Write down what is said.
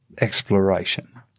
exploration